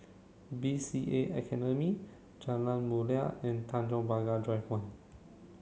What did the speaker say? B C A Academy Jalan Mulia and Tanjong Pagar Drive one